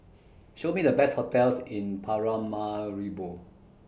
Show Me The Best hotels in Paramaribo